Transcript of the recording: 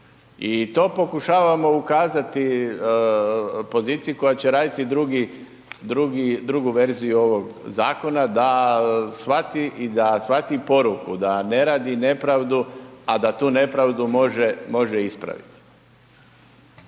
i to pokušavamo ukazati poziciji koja će raditi drugu verziju ovog zakona da shvati i da shvati poruku da ne radi nepravdu, a da tu nepravdu može ispravit.